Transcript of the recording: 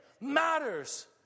matters